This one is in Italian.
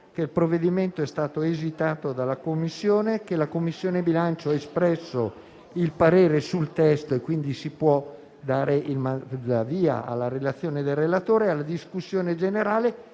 che il provvedimento è stato esitato dalla Commissione, che la Commissione bilancio ha espresso il parere sul testo, quindi si può dare il via alla relazione del relatore e alla discussione generale